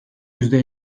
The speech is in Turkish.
yüzde